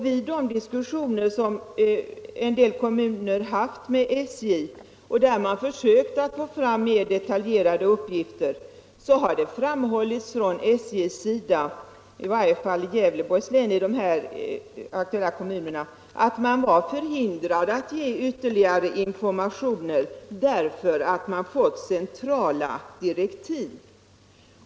Vid de diskussioner som en del kommuner har haft med SJ och där man försökt att få fram mer detaljerade uppgifter har det framhållits från SJ:s sida — i varje fall i Gävleborgs län — att man vore förhindrad att ge ytterligare informationer därför att man fått sådana centrala direktiv.